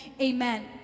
amen